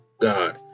god